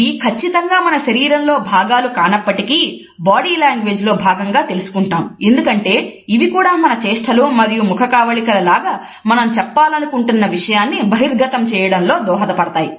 ఇవి ఖచ్చితంగా మన శరీరంలో భాగాలు కానప్పటికీ బాడీలాంగ్వేజ్ లో భాగంగా తెలుసుకుంటాం ఎందుకంటే ఇవి కూడా మన చేష్టలు మరియు ముఖకవళికల లాగా మనం చెప్పాలనుకుంటున్న విషయాన్నిబహిర్గతం చేయడంలో దోహదపడతాయి